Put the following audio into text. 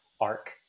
arc